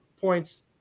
points